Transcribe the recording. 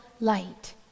light